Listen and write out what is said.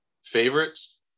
Favorites